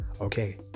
okay